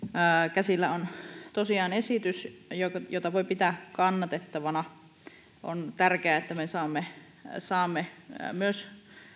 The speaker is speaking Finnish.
käsillä on tosiaan esitys jota voi pitää kannatettavana on tärkeää että me saamme saamme myös